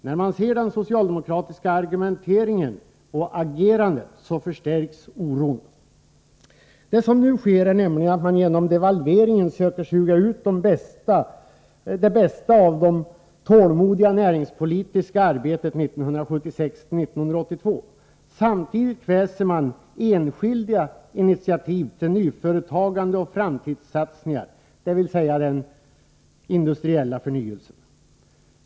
När man tar del av socialdemokratiska argumenteringen och det socialdemokratiska agerandet förstärks oron. Det som nu sker är nämligen att man genom devalveringen söker suga ut det bästa av det tålmodiga näringspolitiska arbetet 1976-82. Samtidigt kväser man enskilda initiativ till nyföretagande och framtidssatsningar, dvs. den industriella förnyelsen.